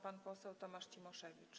Pan poseł Tomasz Cimoszewicz.